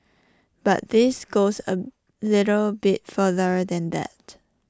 but this goes A little bit further than that